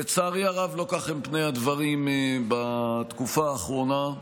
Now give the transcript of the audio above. לצערי הרב, לא כך הם פני הדברים בתקופה האחרונה.